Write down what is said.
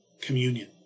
communion